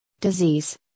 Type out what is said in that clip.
disease